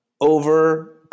over